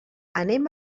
anem